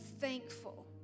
thankful